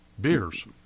Beers